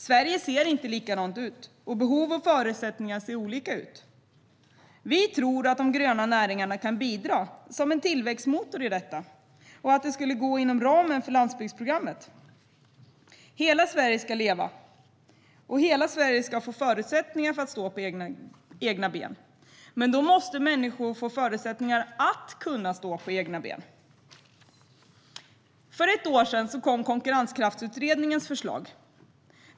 Sverige ser inte likadant ut, och behov och förutsättningar ser olika ut. Vi tror att de gröna näringarna kan bidra som en tillväxtmotor i detta och att det skulle gå inom ramen för landsbygdsprogrammet. Hela Sverige ska leva, och hela Sverige ska få förutsättningar för att stå på egna ben. Men då måste människor få förutsättningar att stå på egna ben. För ett år sedan kom Konkurrenskraftsutredningens förslag.